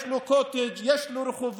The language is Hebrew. יש לו קוטג'; יש לו רחובות,